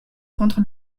contre